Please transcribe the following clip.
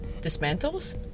dismantles